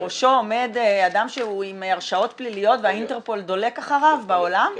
בראשו עומד אדם שהוא עם הרשעות פליליות והאינטרפול דולק אחריו בעולם?